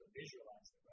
Visualize